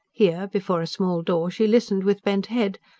here, before a small door, she listened with bent head,